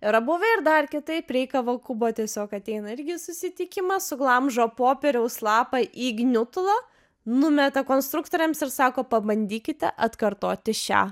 yra buvę ir dar kitaip rei kavakubo tiesiog ateina irgi į susitikimą suglamžo popieriaus lapą į gniutulą numeta konstruktoriams ir sako pabandykite atkartoti šią